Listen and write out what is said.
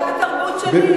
ישבתם, התרבות שלי.